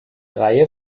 reihe